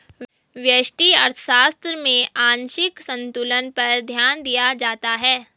व्यष्टि अर्थशास्त्र में आंशिक संतुलन पर ध्यान दिया जाता है